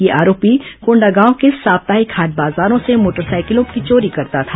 यह आरोपी कोंडागांव के साप्ताहिक हाट बाजारों से मोटरसाइकिलों की चोरी करता था